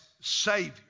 Savior